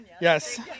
Yes